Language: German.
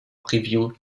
review